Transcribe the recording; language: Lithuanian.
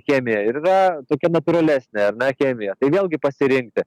chemija ir yra tokia natūralesnė ar ne chemija tai vėlgi pasirinkti